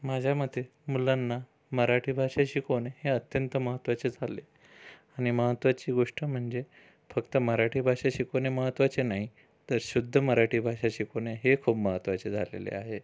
माझ्या मते मुलांना मराठी भाषा शिकवणे हे अत्यंत महत्वाचे झाले आणि महत्वाची गोष्ट म्हणजे फक्त मराठी भाषा शिकवणे महत्वाचे नाही तर शुद्ध मराठी भाषा शिकवणे हे खूप महत्वाचे झालेले आहे